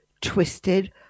twisted